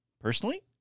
Personally